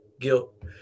guilt